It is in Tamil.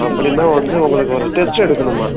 அப்படினா வந்து உங்களுக்கு ஒரு டெஸ்ட் எடுக்கணும்மா